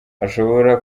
ashobora